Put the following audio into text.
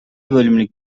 bölümlük